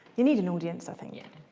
you need an audience i think.